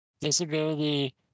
Disability